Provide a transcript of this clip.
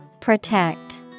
Protect